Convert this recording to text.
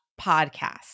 podcast